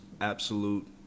absolute